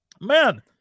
man